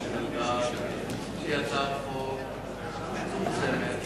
שהיא הצעת חוק מצומצמת,